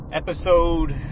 episode